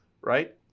right